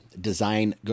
design